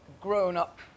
grown-up